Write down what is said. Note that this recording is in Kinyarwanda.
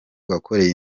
wakoreye